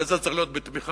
זה צריך להיות בתמיכה,